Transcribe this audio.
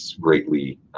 greatly